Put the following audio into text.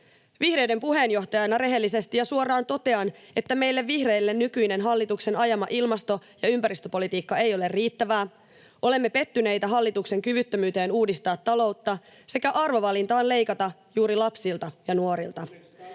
Vihreiden puheenjohtajana rehellisesti ja suoraan totean, että meille vihreille nykyinen hallituksen ajama ilmasto- ja ympäristöpolitiikka ei ole riittävää. Olemme pettyneitä hallituksen kyvyttömyyteen uudistaa taloutta sekä arvovalintaan leikata juuri lapsilta ja nuorilta.